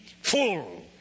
full